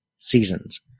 Seasons